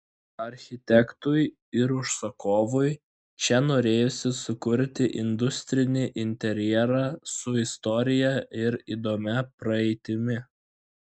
architektui ir užsakovui čia norėjosi sukurti industrinį interjerą su istorija ir įdomia praeitimi